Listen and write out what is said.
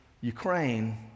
Ukraine